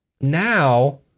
Now